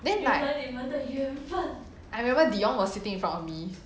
then like I remember dione was sitting in front of me